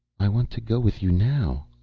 i want to go with you now.